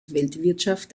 weltwirtschaft